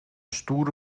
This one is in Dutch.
stoere